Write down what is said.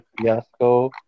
fiasco